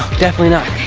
definitely not.